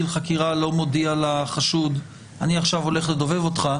חקירה לא מודיע לחשוד שהוא עכשיו הולך לדובב אותו,